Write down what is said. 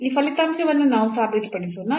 ಈ ಫಲಿತಾಂಶವನ್ನು ನಾವು ಸಾಬೀತುಪಡಿಸೋಣ